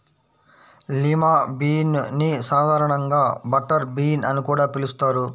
lima bean ని సాధారణంగా butter bean అని కూడా పిలుస్తారు